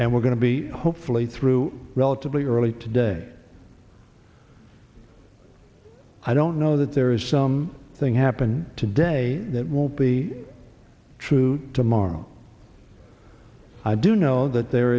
and we're going to be hopefully through relatively early today i don't know that there is some thing happen today that will be true tomorrow i do know that there